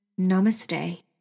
Namaste